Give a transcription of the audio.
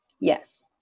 Yes